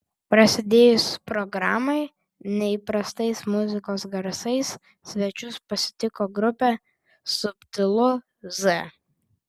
prasidėjus programai neįprastais muzikos garsais svečius pasitiko grupė subtilu z